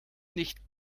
nicht